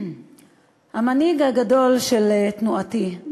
המנהיג הגדול של תנועתי,